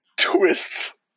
twists